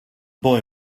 boy